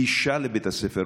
גישה לבית הספר.